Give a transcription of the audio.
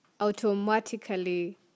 automatically